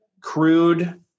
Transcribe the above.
crude